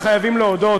חייבים להודות,